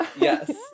yes